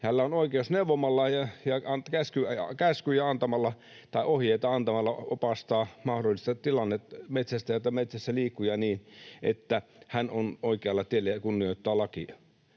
Hänellä on oikeus neuvomalla ja ohjeita antamalla opastaa metsästäjiä, joita metsässä liikkuu, ja niin, että hän on oikealla tiellä ja kunnioittaa lakia.